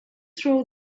throw